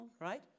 Right